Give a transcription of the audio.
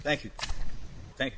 thank you thank